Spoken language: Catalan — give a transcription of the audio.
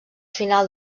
final